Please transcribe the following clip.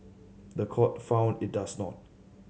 the court found it does not